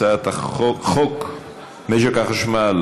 הצעת חוק משק החשמל